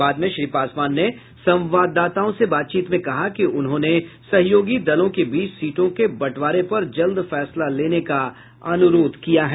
बाद में श्री पासवान ने संवाददाताओं से बातचीत में कहा कि उन्होंने सहयोगी दलों के बीच सीटों के बंटवारे पर जल्द फैसला लेने का अनुरोध किया है